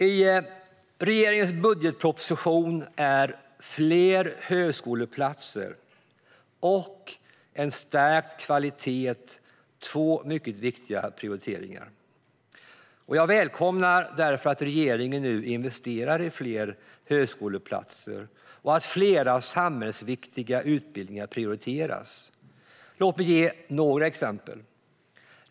I regeringens budgetproposition är fler högskoleplatser och en stärkt kvalitet två mycket viktiga prioriteringar. Jag välkomnar därför att regeringen nu investerar i fler högskoleplatser och att flera samhällsviktiga utbildningar prioriteras. Låt mig ge några exempel.